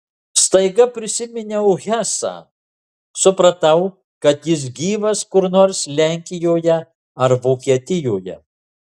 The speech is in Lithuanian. staiga prisiminiau hesą supratau kad jis gyvas kur nors lenkijoje ar vokietijoje